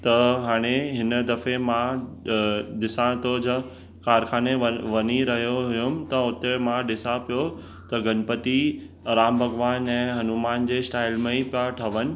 त हाणे हिन दफ़े मां ॾिसां थो ज कारखाने वञी रहियो हुउमि त हुते मां ॾिसां पियो त गणपति राम भॻिवानु ऐं हनुमान जे स्टाइल में ई पिया ठवनि